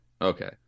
Okay